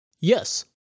Yes